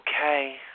okay